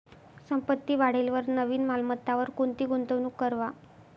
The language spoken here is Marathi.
संपत्ती वाढेलवर नवीन मालमत्तावर कोणती गुंतवणूक करवा